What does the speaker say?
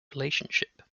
relationship